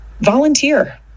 volunteer